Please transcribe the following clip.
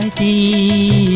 the